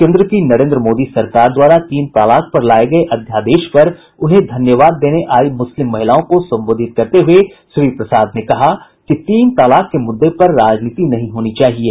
केंद्र की नरेन्द्र मोदी सरकार द्वारा तीन तलाक पर लाये गये अध्यादेश पर उन्हें धन्यवाद देने आयी मुस्लिम महिलाओं को संबोधित करते हुए श्री प्रसाद ने कहा कि तीन तलाक के मुद्दे पर राजनीति नहीं होनी चाहिये